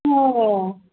हो